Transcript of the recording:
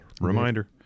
Reminder